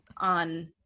on